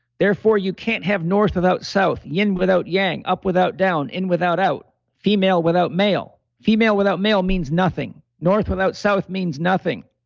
therefore you can't have north without south, yin without yang, up without, in without out, female without male, female without male means nothing. north without south means nothing.